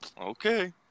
okay